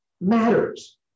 matters